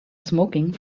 smoking